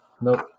nope